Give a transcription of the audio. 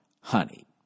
Honey